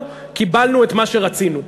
קיבלנו את מה שרצינו.